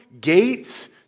gates